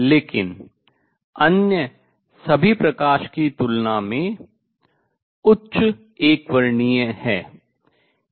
लेकिन अन्य सभी प्रकाश की तुलना में उच्च एकवर्णीय है